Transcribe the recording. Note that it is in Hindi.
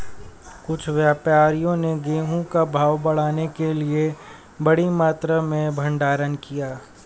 कुछ व्यापारियों ने गेहूं का भाव बढ़ाने के लिए बड़ी मात्रा में भंडारण किया